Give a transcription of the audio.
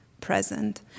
present